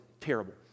terrible